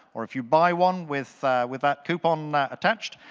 or if you buy one with with that coupon attached,